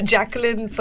Jacqueline